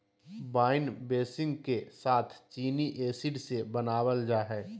wine बेसींग के साथ चीनी एसिड से बनाबल जा हइ